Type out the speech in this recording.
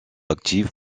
active